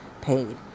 paid